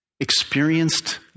experienced